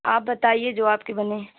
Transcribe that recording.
آپ بتائیے جو آپ کی بنے